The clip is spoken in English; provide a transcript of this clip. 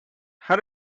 how